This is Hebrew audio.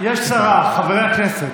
יש שרה, חברי הכנסת.